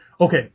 Okay